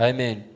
Amen